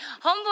homeboy